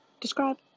describe